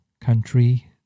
country